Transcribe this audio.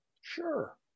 Sure